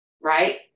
Right